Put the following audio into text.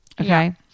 Okay